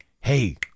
hey